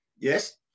Yes